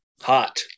Hot